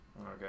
Okay